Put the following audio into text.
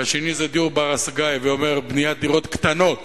והשני דיור בר-השגה, הווי אומר בניית דירות קטנות